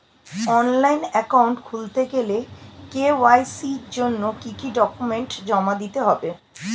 Online account খুলতে গেলে KYC জন্য কি কি ডকুমেন্ট জমা দিতে হবে?